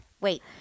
Wait